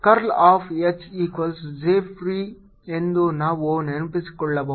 curl of H equals J free ಎಂದು ನಾವು ನೆನಪಿಸಿಕೊಳ್ಳಬಹುದು